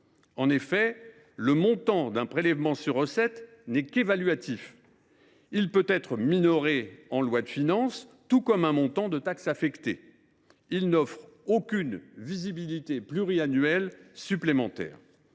En effet, le montant d’un prélèvement sur recettes n’est qu’évaluatif. Il peut être minoré en loi de finances, tout comme un montant de taxe affectée. Il n’offre aucune visibilité pluriannuelle supplémentaire.